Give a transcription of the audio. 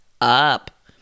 up